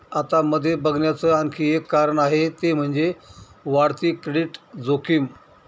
आत मध्ये बघण्याच आणखी एक कारण आहे ते म्हणजे, वाढती क्रेडिट जोखीम